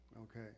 Okay